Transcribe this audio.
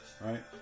Right